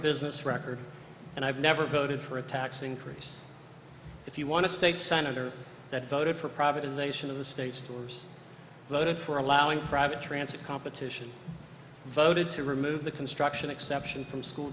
business record and i've never voted for a tax increase if you want to state senator that voted for privatization of the state stores voted for allowing private transit competition voted to remove the construction exception from school